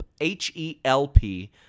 H-E-L-P